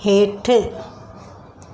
हेठि